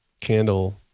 candle